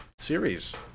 series